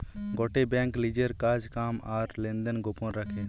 গটে বেঙ্ক লিজের কাজ কাম আর লেনদেন গোপন রাখে